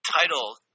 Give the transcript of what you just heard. title